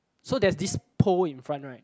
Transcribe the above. so there's this pole in front right